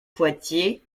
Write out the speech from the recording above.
poitiers